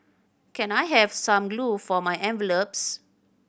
can I have some glue for my envelopes